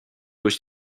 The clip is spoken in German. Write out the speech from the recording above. durch